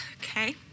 Okay